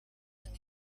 and